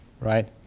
right